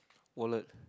wallet